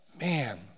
man